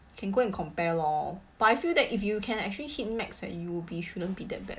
can go and compare lor but I feel that if you can actually hit max at U_O_B shouldn't be that bad